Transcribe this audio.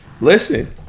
Listen